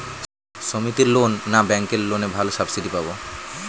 সমিতির লোন না ব্যাঙ্কের লোনে ভালো সাবসিডি পাব?